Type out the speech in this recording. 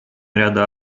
ряда